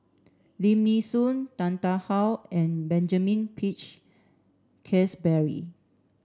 Lim Nee Soon Tan Tarn How and Benjamin Peach Keasberry